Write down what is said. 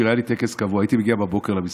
הייתי מגיע בבוקר למשרד,